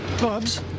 Bubs